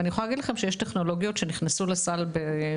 אני יכולה להגיד לכם שיש טכנולוגיות שנכנסו לסל בשנים